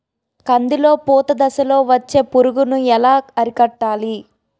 కందిలో పూత దశలో వచ్చే పురుగును ఎలా అరికట్టాలి?